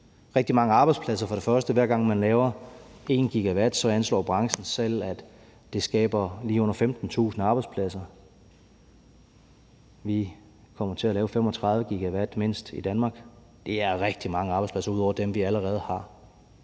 rigtig mange arbejdspladser. Hver gang man laver 1 GW, anslår branchen selv, så skaber det lige under 15.000 arbejdspladser. Vi kommer til at lave mindst 35 GW i Danmark, og det er rigtig mange arbejdspladser ud over dem, vi allerede har.